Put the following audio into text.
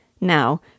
Now